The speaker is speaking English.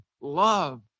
love